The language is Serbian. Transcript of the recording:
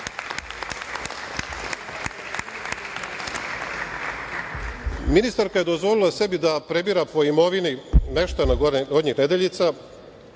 grabimo. Ministarka je dozvolila sebi da prebira po imovini meštana Gornjih Nedeljica,